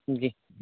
جی